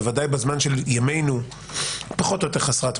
בוודאי בזמן של ימינו היא פחות או יותר חסרת משמעות,